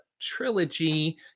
trilogy